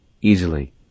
easily